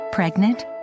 Pregnant